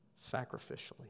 sacrificially